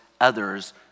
others